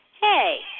Hey